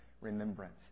remembrance